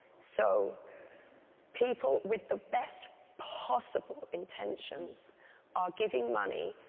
so people with the best possible intentions are giving money,